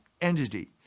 entity